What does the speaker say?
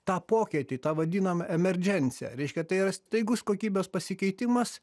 tą pokytį tą vadinamą emerdžensę reiškia tai yra staigus kokybės pasikeitimas